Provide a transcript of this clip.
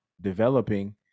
developing